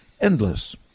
endless